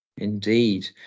Indeed